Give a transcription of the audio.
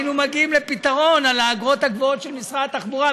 היינו מגיעים לפתרון על האגרות הגבוהות של משרד התחבורה,